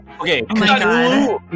Okay